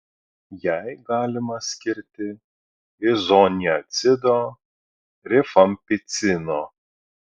jai galima skirti izoniazido rifampicino